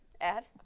add